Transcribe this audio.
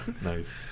Nice